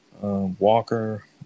Walker